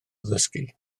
ddysgu